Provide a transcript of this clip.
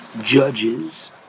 judges